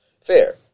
fair